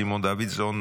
סימון דוידסון,